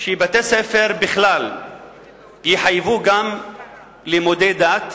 שבתי-ספר בכלל יחייבו לימודי דת,